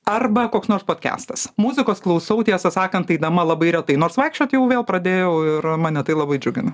arba koks nors podkestas muzikos klausau tiesą sakant eidama labai retai nors vaikščiot jau vėl pradėjau ir mane tai labai džiugina